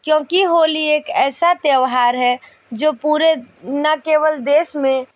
क्योंकि होली एक ऐसा त्यौहार है जो पूरे न केवल देश में